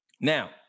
Now